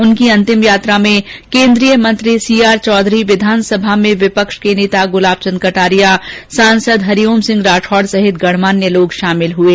उनकी अंतिम यात्रा में केन्द्रीय मंत्री सी आर चौधरी विधानसभा में विपक्ष के नेता गुलाबचंद कटारिया सांसद हरिओम सिंह राठौड सहित गणमान्य लोग शामिल हुये